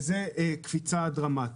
וזאת קפיצה דרמטית.